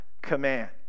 command